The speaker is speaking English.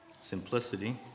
simplicity